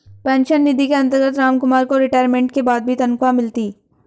pension निधि के अंतर्गत रामकुमार को रिटायरमेंट के बाद भी तनख्वाह मिलती